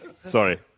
sorry